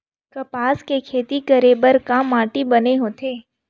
कपास के खेती करे बर का माटी बने होथे?